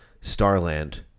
Starland